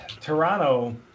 Toronto